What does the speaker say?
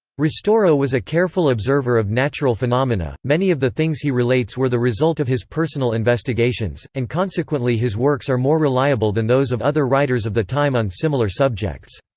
ristoro was a careful observer of natural phenomena many of the things he relates were the result of his personal investigations, and consequently his works are more reliable than those of other writers of the time on similar subjects.